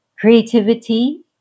Creativity